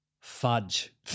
Fudge